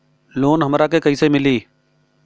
Loan हमरा के कईसे मिली?